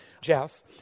Jeff